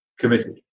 committed